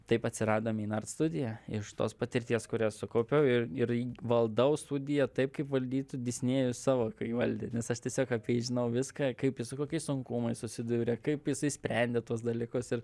taip atsirado meinart studija iš tos patirties kurią sukaupiau ir ir valdau studiją taip kaip valdytų disnėjus savo kai valdė nes aš tiesiog apie jį žinau viską kaip su kokiais sunkumais susidūrė kaip jisai sprendė tuos dalykus ir